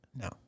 No